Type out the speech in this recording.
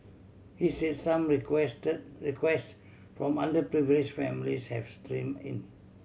he say some request requests from underprivileged families have stream in